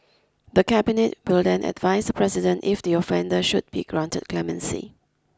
the Cabinet will then advise the President if the offender should be granted clemency